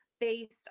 Based